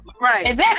Right